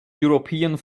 european